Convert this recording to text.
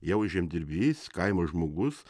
jau žemdirbys kaimo žmogus